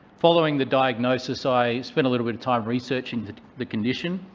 following the diagnosis, i spent a little bit of time researching the the condition.